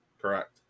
correct